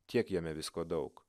tiek jame visko daug